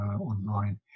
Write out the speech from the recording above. online